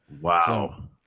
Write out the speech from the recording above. Wow